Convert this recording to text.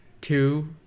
two